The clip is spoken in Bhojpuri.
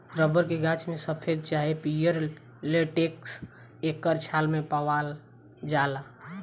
रबर के गाछ में सफ़ेद चाहे पियर लेटेक्स एकर छाल मे पावाल जाला